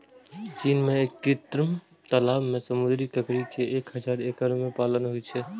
चीन मे कृत्रिम तालाब मे समुद्री ककड़ी के एक हजार एकड़ मे पालन होइ छै